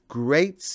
great